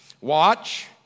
Watch